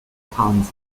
pounds